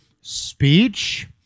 speech